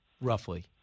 roughly